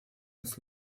des